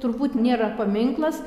turbūt nėra paminklas